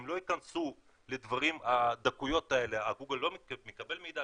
לא ייכנסו לדקויות האלה: גוגל לא מקבל מידע,